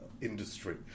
industry